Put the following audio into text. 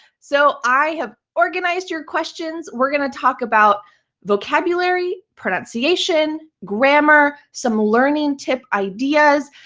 so i have organized your questions. we're going to talk about vocabulary, pronunciation, grammar, some learning tip ideas.